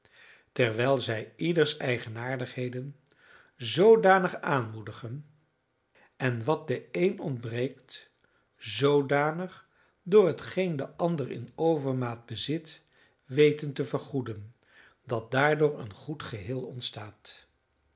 terwijl zij ieders eigenaardigheden zoodanig aanmoedigen en wat den een ontbreekt zoodanig door hetgeen de ander in overmaat bezit weten te vergoeden dat daardoor een goed geheel ontstaat